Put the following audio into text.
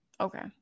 Okay